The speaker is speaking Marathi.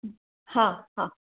हां हां